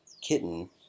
kitten